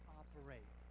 operate